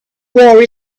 war